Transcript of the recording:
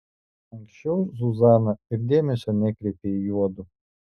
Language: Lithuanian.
anksčiau zuzana ir dėmesio nekreipė į juodu